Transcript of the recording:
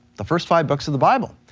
the first five books of the bible.